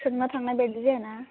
सोंना थांनाय बादि जायाना